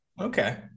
Okay